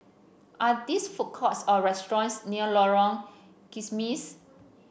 are these food courts or restaurants near Lorong Kismis